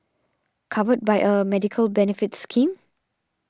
covered by a medical benefits scheme